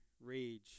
rage